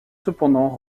cependant